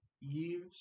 years